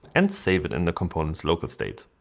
and save it in the components local state.